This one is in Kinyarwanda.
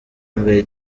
mbere